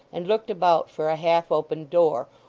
and looked about for a half-opened door,